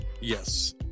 Yes